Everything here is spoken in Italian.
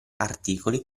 articoli